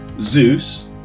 Zeus